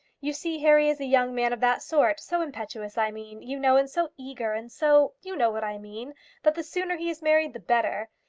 you see harry is a young man of that sort so impetuous i mean, you know, and so eager and so you know what i mean that the sooner he is married the better.